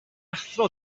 athro